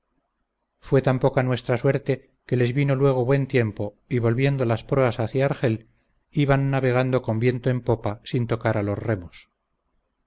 fue tan poca nuestra suerte que les vino luego buen tiempo y volviendo las proas hacia argel iban navegando con viento en popa sin tocar a los remos